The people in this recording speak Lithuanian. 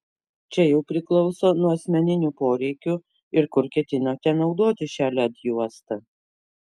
čia jau priklauso nuo asmeninių poreikių ir kur ketinate naudoti šią led juostą